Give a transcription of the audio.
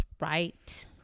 right